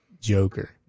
joker